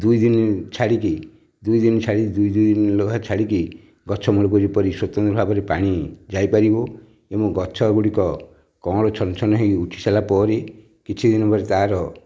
ଦୁଇ ଦିନ ଛାଡ଼ିକି ଦୁଇ ଦିନ ଛାଡ଼ିକି ଦୁଇ ଦିନ ଲେଖା ଛାଡ଼ିକି ଗଛ ମୂଳକୁ ଯେପରି ସ୍ୱତନ୍ତ୍ର ଭାବରେ ପାଣି ଯାଇ ପାରିବ ଏବଂ ଗଛ ଗୁଡ଼ିକ କଅଁଳ ଛନ ଛନ ହୋଇ ଉଠି ସାରିଲା ପରେ କିଛି ଦିନ ପରେ ତା'ର